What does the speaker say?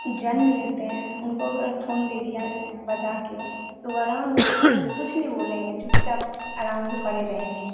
जन्म लेते हैं उनको अगर एक फोन दे दिया बजाके तो वो आराम से सुकून से कुछ नहीं बोलेंगे चुपचाप आराम से पड़े रहेंगे